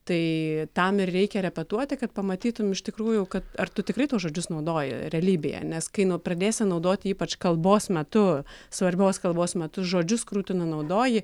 tai tam ir reikia repetuoti kad pamatytum iš tikrųjų ar tu tikrai tuos žodžius naudoji realybėje nes kai nu pradėsi naudoti ypač kalbos metu svarbios kalbos metu žodžius kurių tu nenaudoji